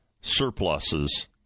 surpluses